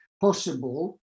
possible